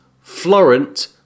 Florent